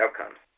outcomes